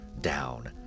Down